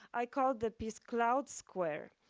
i called the piece cloud square.